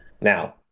Now